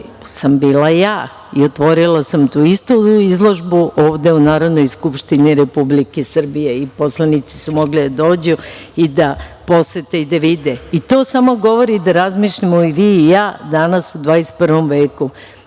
sam bila ja i otvorila sam tu istu izložbu ovde u Narodnoj skupštini Republike Srbije. Poslanici su mogli da dođu i da posete i da vide. To samo govori da razmišljamo i vi i ja danas u 21. veku